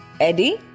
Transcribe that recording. Eddie